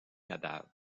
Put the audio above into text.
cadavres